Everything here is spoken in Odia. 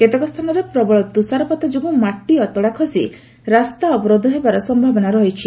କେତେକ ସ୍ଥାନରେ ପ୍ରବଳ ତୃଷାରପାତ ଯୋଗୁଁ ମାଟି ଅତଡ଼ା ଖସି ରାସ୍ତା ଅବରୋଧ ହେବାର ସମ୍ଭାବନା ରହିଛି